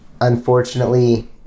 unfortunately